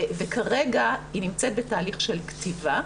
כרגע היא נמצאת בתהליך של כתיבה.